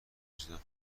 دزدیدن